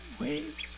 ways